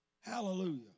Hallelujah